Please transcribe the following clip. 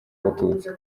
abatutsi